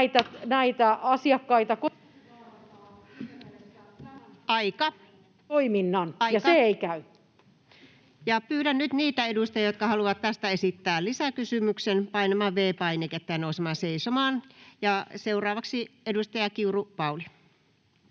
keskeyttää puheenvuoron puheajan ylityttyä] Pyydän nyt niitä edustajia, jotka haluavat tästä esittää lisäkysymyksen, painamaan V-painiketta ja nousemaan seisomaan. — Seuraavaksi edustaja Kiuru, Pauli.